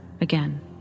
again